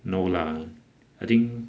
no lah I think